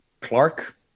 Clark